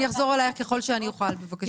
אני אחזור אלייך ככל שאני אוכל, בבקשה.